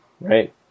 right